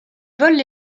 vole